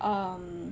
um